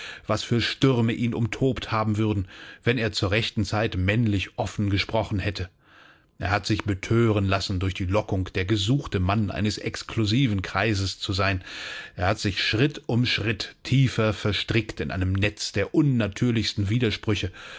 was für stürme ihn umtobt haben würden wenn er zur rechten zeit männlich offen gesprochen hätte er hat sich bethören lassen durch die lockung der gesuchte mann eines exklusiven kreises zu sein er hat sich schritt um schritt tiefer verstrickt in einem netz der unnatürlichsten widersprüche